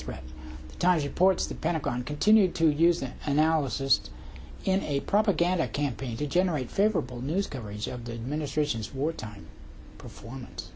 reports the pentagon continued to use that analysis in a propaganda campaign to generate favorable news coverage of the administration's wartime performance